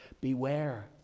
Beware